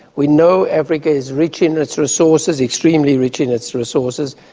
we know africa is rich in its resources, extremely rich in its resources,